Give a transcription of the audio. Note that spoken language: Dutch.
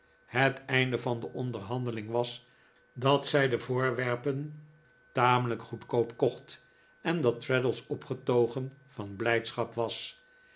het einde van de onderhandeling was dat zij de voorwerpen tamelijk goedkoop kocht en dat traddles opgetogen van blijdschap was